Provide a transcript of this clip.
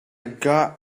got